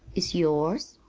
is yours?